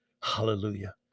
Hallelujah